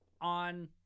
on